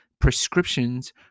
prescriptions